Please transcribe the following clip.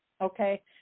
okay